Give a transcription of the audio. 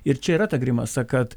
ir čia yra ta grimasa kad